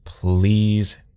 Please